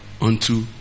unto